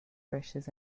brushes